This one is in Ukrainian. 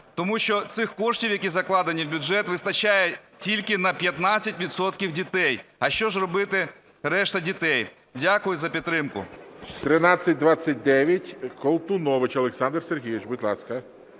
тому що цих коштів, які закладені в бюджет, вистачає тільки на 15 відсотків дітей, а що ж робити решті дітей? Дякую за підтримку.